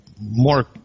more